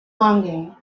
longing